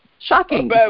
shocking